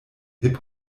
hip